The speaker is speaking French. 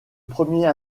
premier